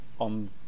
on